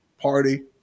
party